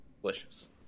delicious